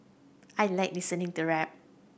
I like listening to rap